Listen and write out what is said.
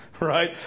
right